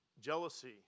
Jealousy